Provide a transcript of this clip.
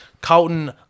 Colton